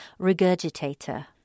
Regurgitator